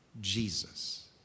Jesus